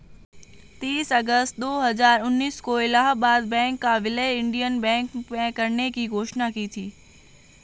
तीस अगस्त दो हजार उन्नीस को इलाहबाद बैंक का विलय इंडियन बैंक में करने की घोषणा की थी